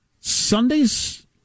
Sunday's